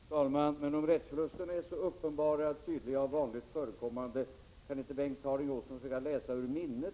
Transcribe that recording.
Fru talman! Men om rättsförlusten är så uppenbar och tydligen vanligt förekommande, kan inte Bengt Harding Olson då försöka läsa ur minnet?